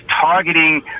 targeting